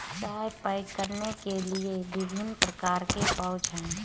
चाय पैक करने के लिए विभिन्न प्रकार के पाउच हैं